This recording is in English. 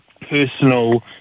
personal